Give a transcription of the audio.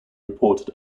reported